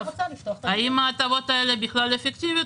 האם ההטבות האלה בכלל אפקטיביות,